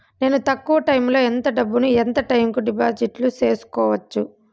నేను తక్కువ టైములో ఎంత డబ్బును ఎంత టైము కు డిపాజిట్లు సేసుకోవచ్చు?